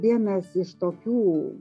vienas iš tokių